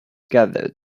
gathered